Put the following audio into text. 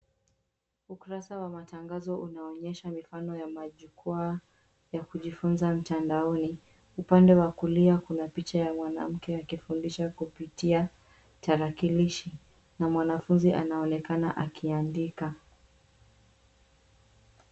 Ukurasa wa matangazo unaonyesha mifano ya majukwaa ya kujifunza mtandaoni. Upande wa kulia kuna picha ya mwanamke akifundisha kupitia tarakilishi na mwanafunzi anaonekana akiandika.